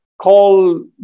call